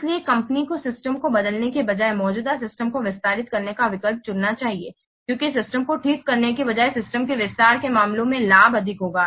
इसलिए कंपनी को सिस्टम को बदलने के बजाय मौजूदा सिस्टम को विस्तारित करने का विकल्प चुनना चाहिए क्योंकि सिस्टम को ठीक करने के बजाय सिस्टम के विस्तार के मामले में लाभ अधिक होगा